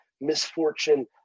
misfortune